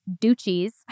duchies